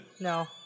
no